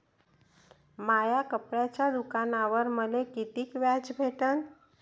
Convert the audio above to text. माया कपड्याच्या दुकानावर मले कितीक व्याज भेटन?